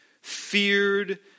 feared